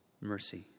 mercy